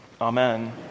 Amen